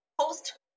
post